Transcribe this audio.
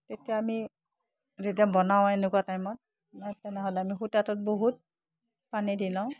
তেতিয়া আমি যেতিয়া বনাওঁ এনেকুৱা টাইমত তেনেহ'লে আমি সূতাটোত বহুত পানী দি লওঁ